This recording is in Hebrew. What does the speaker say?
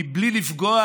בלי לפגוע